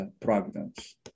providence